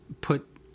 put